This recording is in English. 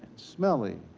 smelly,